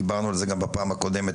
דיברנו על זה גם בפעם הקודמת,